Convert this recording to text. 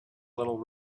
little